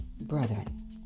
brethren